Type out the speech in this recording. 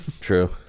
True